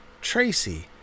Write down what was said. Tracy